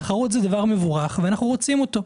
תחרות זה דבר מבורך ואנחנו רוצים אותו.